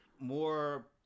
more